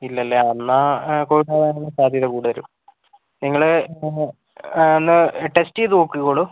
ഇല്ലല്ലേ ആ എന്നാൽ കോവിഡ് ആവാനാണ് സാധ്യത കൂടുതലും നിങ്ങൾ ഒന്ന് ടെസ്റ്റ് ചെയ്ത് നോക്കിക്കോളൂ